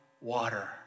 Water